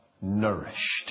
nourished